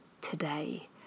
today